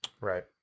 Right